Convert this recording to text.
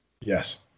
Yes